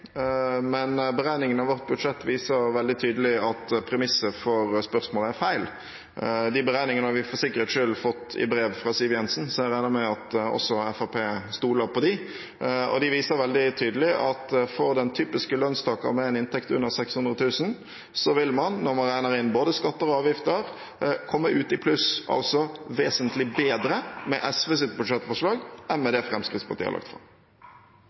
men beregningen i vårt budsjett viser veldig tydelig at premisset for spørsmålet er feil. De beregningene har vi for sikkerhets skyld fått i brev fra Siv Jensen, så jeg regner med at også Fremskrittspartiet stoler på dem. De viser veldig tydelig at for den typiske lønnstaker med en inntekt under 600 000 kr, vil man, når man regner inn både skatter og avgifter, komme ut i pluss, altså vesentlig bedre med SVs budsjettforslag enn med det Fremskrittspartiet har lagt fram.